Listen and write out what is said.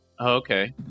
Okay